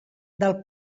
del